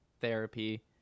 therapy